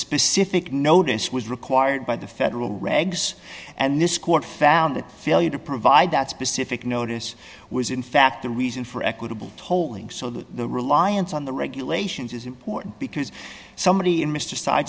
specific notice was required by the federal regs and this court found that failure to provide that specific notice was in fact the reason for equitable tolling so that the reliance on the regulations is important because somebody in mr